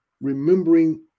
remembering